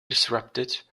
disrupted